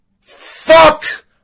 Fuck